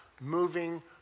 moving